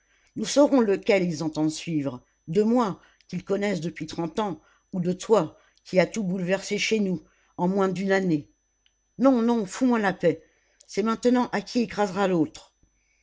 nous saurons lequel ils entendent suivre de moi qu'ils connaissent depuis trente ans ou de toi qui as tout bouleversé chez nous en moins d'une année non non fous moi la paix c'est maintenant à qui écrasera l'autre